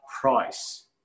price